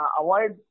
avoid